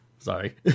Sorry